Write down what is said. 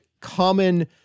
common